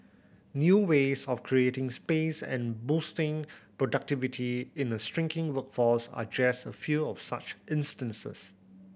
new ways of creating space and boosting productivity in a shrinking workforce are just a few of such instances